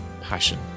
passion